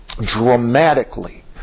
dramatically